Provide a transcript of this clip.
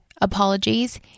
apologies